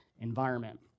environment